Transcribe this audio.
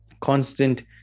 Constant